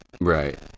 right